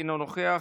אינו נוכח,